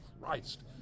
christ